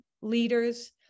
leaders